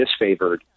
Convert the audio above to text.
disfavored